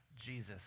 Jesus